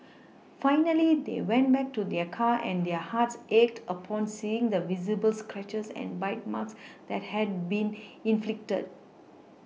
finally they went back to their car and their hearts ached upon seeing the visible scratches and bite marks that had been inflicted